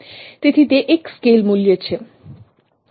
તેથી તે એક સ્કેલ મૂલ્ય છે